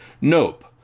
Nope